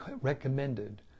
recommended